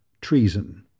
Treason